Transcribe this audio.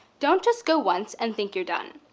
don't just go once and think you're done.